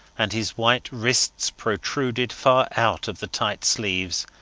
and his white wrists protruded far out of the tight sleeves,